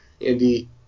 Andy